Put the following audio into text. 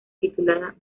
titulada